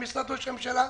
עם משרד ראש הממשלה,